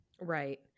Right